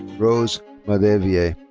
rose mahdavieh.